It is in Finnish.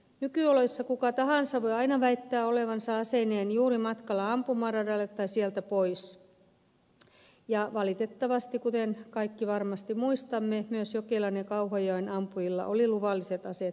nykyoloissa kuka tahansa voi aina väittää olevansa aseineen juuri matkalla ampumaradalle tai sieltä pois ja valitettavasti kuten kaikki varmasti muistamme myös jokelan ja kauhajoen ampujilla oli luvalliset aseet mukanaan